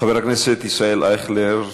חבר הכנסת ישראל אייכלר,